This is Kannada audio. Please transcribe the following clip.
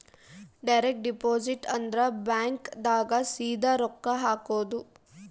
ಡೈರೆಕ್ಟ್ ಡಿಪೊಸಿಟ್ ಅಂದ್ರ ಬ್ಯಾಂಕ್ ದಾಗ ಸೀದಾ ರೊಕ್ಕ ಹಾಕೋದು